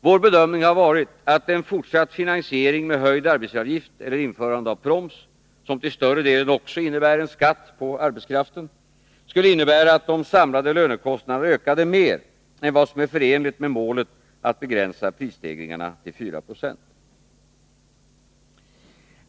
Vår bedömning har varit att en fortsatt finansiering med höjd arbetsgivaravgift eller med införande av proms, som till större delen också innebär en skatt på arbetskraften, skulle medföra att de samlade lönekostnaderna ökade mer än vad som är förenligt med målet att begränsa prisstegringarna till 4 96.